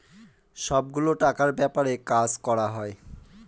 সব গুলো টাকার ব্যাপারে কাজ করা হয়